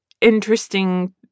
interesting